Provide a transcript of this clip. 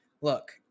look